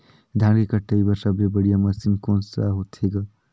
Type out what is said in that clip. धान के कटाई बर सबले बढ़िया मशीन कोन सा होथे ग?